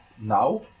now